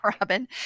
Robin